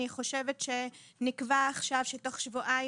אני חושבת שנקבע עכשיו שתוך שבועיים,